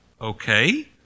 Okay